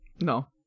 No